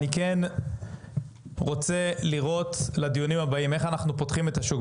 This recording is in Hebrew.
אני כן רוצה לראות לדיונים הבאים איך אנחנו פותחים את השוק.